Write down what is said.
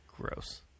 gross